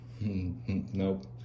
Nope